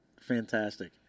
Fantastic